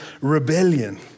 rebellion